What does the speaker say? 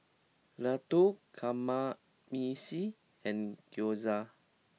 Ladoo Kamameshi and Gyoza